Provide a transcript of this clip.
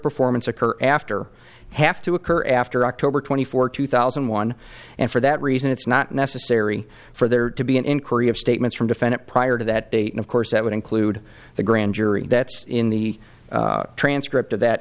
performance occur after have to occur after october twenty fourth two thousand and one and for that reason it's not necessary for there to be an inquiry of statements from defendant prior to that date of course that would include the grand jury that's in the transcript of that